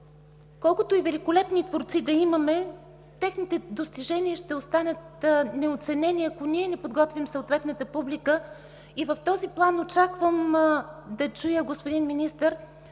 колкото и великолепни творци да имаме, техните достижения ще останат неоценени, ако ние не подготвим съответната публика. В този план очаквам да чуя, господин Министър,